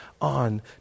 on